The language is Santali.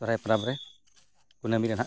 ᱥᱚᱦᱚᱨᱟᱭ ᱯᱚᱨᱚᱵᱽ ᱨᱮ ᱠᱩᱱᱟᱹᱢᱤᱨᱮ ᱱᱟᱦᱟᱸᱜ